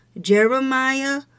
Jeremiah